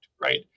right